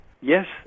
Yes